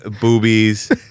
boobies